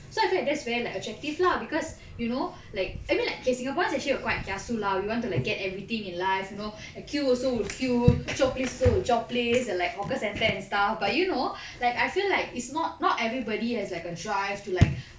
so I feel that that's very like attractive lah because you know like I mean like okay singaporeans actually we are quite kiasu lah we want to like get everything in life you know queue also will queue chope place also will chope place in like hawker centre and stuff but you know like I feel like it's not not everybody has like a drive to like